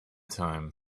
time